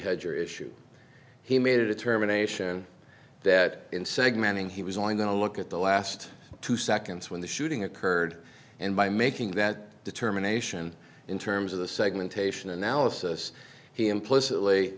hedger issue he made a determination that in segmenting he was only going to look at the last two seconds when the shooting occurred and by making that determination in terms of the segmentation analysis he implicitly